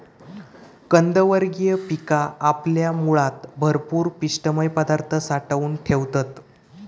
कंदवर्गीय पिका आपल्या मुळात भरपूर पिष्टमय पदार्थ साठवून ठेवतत